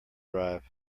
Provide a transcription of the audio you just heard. drive